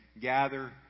gather